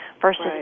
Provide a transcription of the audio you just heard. versus